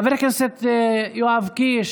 חבר הכנסת יואב קיש.